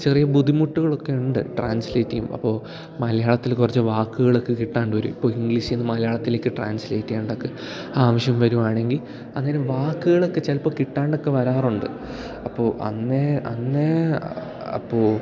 ചെറിയ ബുദ്ധിമുട്ടുകളൊക്കെ ഉണ്ട് ട്രാൻസ്ലേറ്റ് ചെയ്യുമ്പോൾ അപ്പോൾ മലയാളത്തില് കുറച്ച് വാക്കുകളൊക്കെ കിട്ടാണ്ട് വരും ഇപ്പോൾ ഇംഗ്ലീഷിൽ നിന്ന് മലയാളത്തിലേക്ക് ട്രാൻസ്ലേറ്റ് ചെയ്യേണ്ടതൊക്കെ ആവശ്യം വരുവാണെങ്കിൽ അതിന് വാക്കുകളൊക്കെ ചിലപ്പോൾ കിട്ടാണ്ടൊക്കെ വരാറുണ്ട് അപ്പോൾ അന്നേ അന്നേ അപ്പോൾ